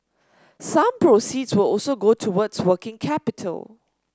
some proceeds will also go towards working capital